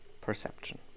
Perception